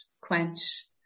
quench